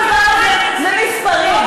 הדבר הזה זה מספרים,